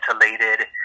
ventilated